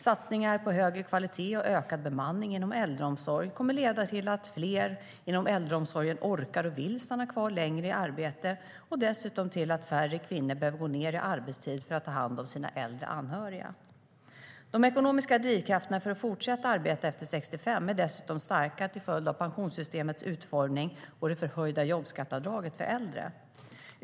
Satsningar på högre kvalitet och ökad bemanning inom äldreomsorg kommer att leda till att fler inom äldreomsorgen orkar och vill stanna kvar längre i arbete och dessutom till att färre kvinnor behöver gå ned i arbetstid för att ta hand om sina äldre anhöriga. De ekonomiska drivkrafterna för att fortsätta att arbeta efter 65 år är dessutom starka till följd av pensionssystemets utformning och det förhöjda jobbskatteavdraget för äldre.